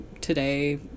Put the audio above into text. today